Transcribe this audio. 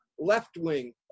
left-wing